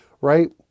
right